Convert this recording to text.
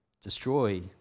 destroy